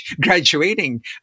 graduating